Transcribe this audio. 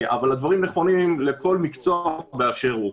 הדברים נכונים לכל מקצוע באשר הוא.